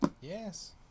Yes